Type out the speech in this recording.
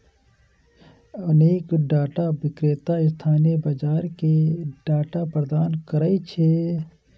अनेक डाटा विक्रेता स्थानीय बाजार कें डाटा प्रदान करै छै